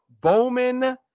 Bowman